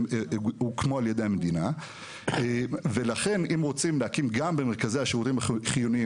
הוקמו על ידי המדינה ולכן אם רוצים להקים גם במרכזי השירותים החיוניים